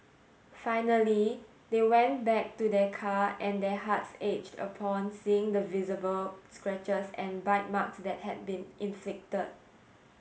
finally they went back to their car and their hearts aged upon seeing the visible scratches and bite marks that had been inflicted